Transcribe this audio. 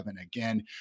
again